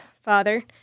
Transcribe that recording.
Father